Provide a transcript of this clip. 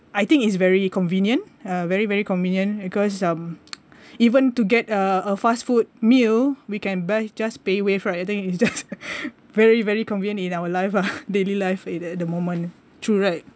I think is very convenient ah very very convenient because um even to get uh a fast food meal we can buy just paywave right I think it's just very very convenient in our life ah daily life at the moment true right